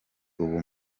uwo